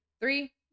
Three